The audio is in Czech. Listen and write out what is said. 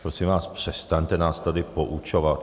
Prosím vás, přestaňte nás tady poučovat.